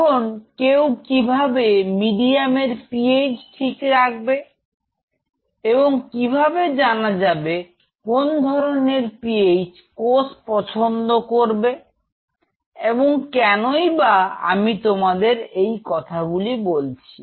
এখন কেউ কিভাবে মিডিয়াম এর পিএইচ ঠিক রাখবে এবং কিভাবে জানা যাবে কোন ধরনের পিএইচ কোর্স পছন্দ করবে এবং কেনই বা আমি তোমাদের এই কথাগুলি বলছি